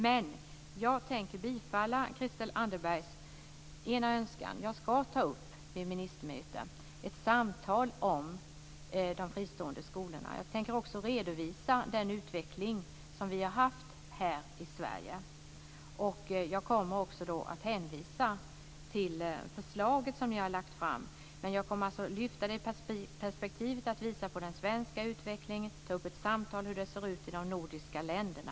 Men jag tänker bifalla Christel Anderbergs ena önskan. Vid ministermöten skall jag ta upp ett samtal om de fristående skolorna. Jag tänker också redovisa den utveckling som vi har haft här i Sverige. Jag kommer också att hänvisa till det förslag som ni har lagt fram. Jag kommer alltså att visa på den svenska utvecklingen och ta upp ett samtal om hur det ser ut i de nordiska länderna.